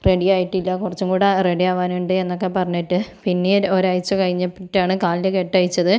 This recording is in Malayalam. റെഡി ആയിട്ടില്ല കുറച്ചും കൂടെ റെഡി ആവാൻ ഉണ്ട് എന്നൊക്കെ പറഞ്ഞിട്ടു പിന്നേം ഒരാഴ്ച കഴിഞ്ഞിട്ടാണ് കാലിൻ്റെ കെട്ട് അഴിച്ചത്